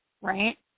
right